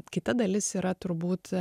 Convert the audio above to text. kita dalis yra turbūt